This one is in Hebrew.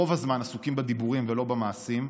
ורוב הזמן עסוקים בדיבורים ולא במעשים,